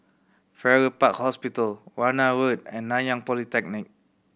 Farrer Park Hospital Warna Road and Nanyang Polytechnic